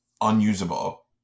unusable